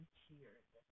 cheered